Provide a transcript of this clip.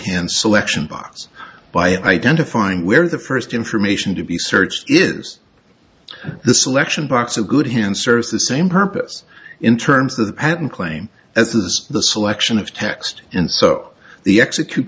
hands selection box by identifying where the first information to be searched is the selection box of good hand serves the same purpose in terms of the patent claim as the selection of text and so the execute